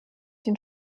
den